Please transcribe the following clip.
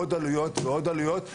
עוד עלויות ועוד עלויות,